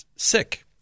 sick